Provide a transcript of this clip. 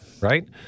right